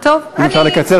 אם אפשר לקצר,